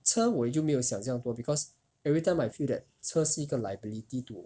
车我就没有想酱多 because every time I feel that 车是一个 liability to